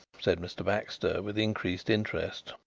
said mr. baxter, with increased interest.